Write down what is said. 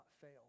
fail